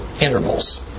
intervals